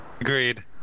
agreed